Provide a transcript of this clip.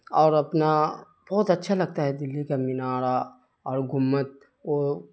اور اپنا بہت اچھا لگتا ہے دہلی کا مینارہ اور گنبد وہ